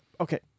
okay